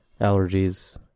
allergies